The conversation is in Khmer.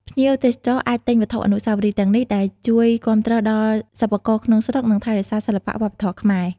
ភ្ញៀវទេសចរអាចទិញវត្ថុអនុស្សាវរីយ៍ទាំងនេះ ដែលជួយគាំទ្រដល់សិប្បករក្នុងស្រុក និងថែរក្សាសិល្បៈវប្បធម៌ខ្មែរ។